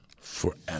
forever